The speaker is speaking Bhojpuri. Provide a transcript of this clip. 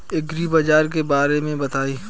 एग्रीबाजार के बारे में बताई?